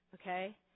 Okay